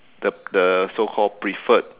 the the so call preferred